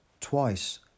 Twice